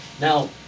Now